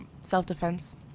self-defense